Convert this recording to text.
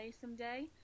someday